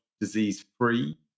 disease-free